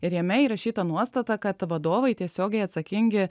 ir jame įrašyta nuostata kad vadovai tiesiogiai atsakingi